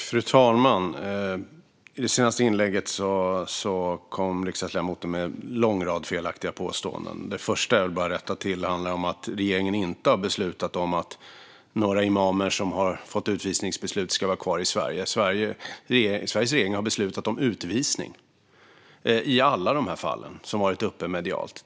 Fru talman! I det senaste inlägget kom riksdagsledamoten med en lång rad felaktiga påståenden. Det första jag behöver rätta till handlar om att regeringen inte har beslutat om att några imamer som har fått utvisningsbeslut ska vara kvar i Sverige. Sveriges regering har beslutat om utvisning i alla de fall som har varit uppe medialt.